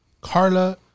Carla